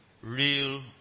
real